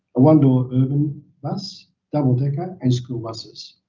a one-door urban bus, double-decker and school buses.